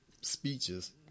speeches